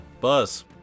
Buzz